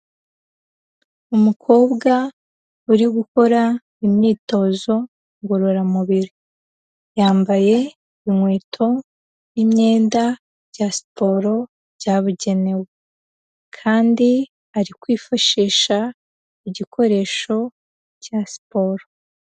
Umukobwa uri gukora imyitozo ngororamubiri yambaye inkweto n'imyenda bya siporo byabugenewe kandi ari kwifashisha igikoresho cya siporo.